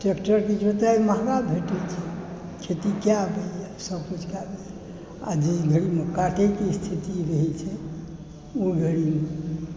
ट्रेक्टरके जोताई महगा भेटै छै खेती कए दैया सभ किछु कए दैया आ जाहि घड़ीमे काटैके स्थिति रहै छै ओ घड़ी